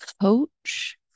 coach